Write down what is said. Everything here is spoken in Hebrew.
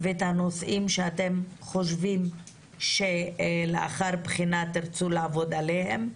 ואת הנושאים שאתם חושבים שתרצו לעבוד עליהם לאחר בחינה.